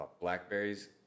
blackberries